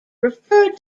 refer